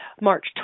March